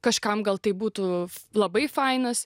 kažkam gal tai būtų labai fainas